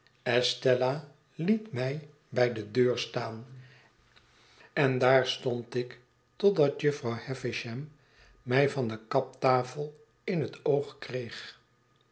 liet mij bij de deur staan en daar stond ik totdat jufvrouw havisham mij van de kaptafel in het oog kreeg